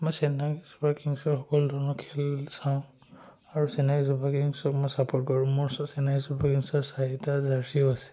মই চেন্নাই ছুপাৰ কিংছৰ সকলো ধৰণৰ খেল চাওঁ আৰু চেন্নাই ছুপাৰ কিংছক মই ছাপোৰ্ট কৰোঁ মোৰ চ চেন্নাই ছুপাৰ কিংছৰ চাৰিটা জাৰ্ছীও আছে